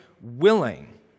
willing